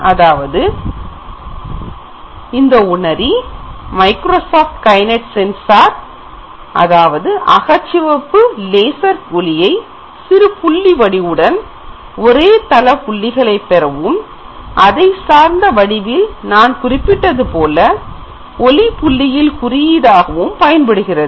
ஏனெனில் இந்த உணரி மைக்ரோசாஃப்ட் கைநெட் சென்சார் அது அகச்சிவப்பு நேசர் ஒளியை சிறுபுள்ளி வடிவுடன் ஒரே தள புள்ளிகளை பெறவும் அதை நான் குறிப்பிட்டபடி இடஞ்சார்ந்த வடிவங்களைப் பயன்படுத்தி தொடர்புடைய ஒளி புள்ளிகளை குறியாக்கவும் பயன்படுகிறது